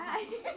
right